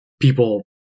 people